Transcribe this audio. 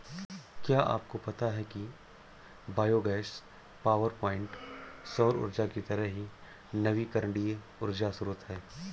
क्या आपको पता है कि बायोगैस पावरप्वाइंट सौर ऊर्जा की तरह ही नवीकरणीय ऊर्जा स्रोत है